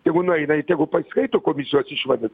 tegu nueina i tegu pasiskaito komisijos išvadas